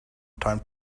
time